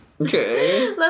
okay